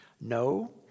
no